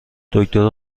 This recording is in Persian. دکتر